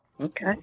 Okay